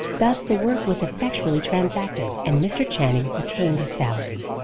thus the work was effectually transacted, and mr. channing retained his salary.